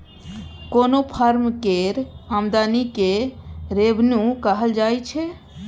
कोनो फर्म केर आमदनी केँ रेवेन्यू कहल जाइ छै